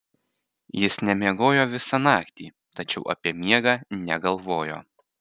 jis nemiegojo visą naktį tačiau apie miegą negalvojo